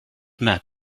met